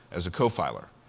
as a co-filer.